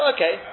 Okay